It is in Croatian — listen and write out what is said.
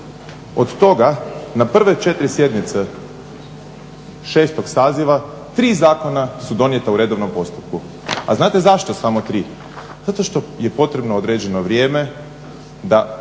Od toga na prve 4 sjednice šestog saziva 3 zakona su donijeta u redovnom postupku. A znate zašto samo 3? Zato što je potrebno određeno vrijeme da